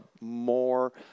more